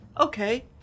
Okay